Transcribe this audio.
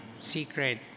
secret